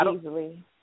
easily